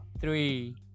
three